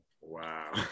wow